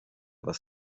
was